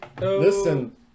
Listen